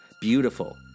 beautiful